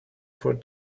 for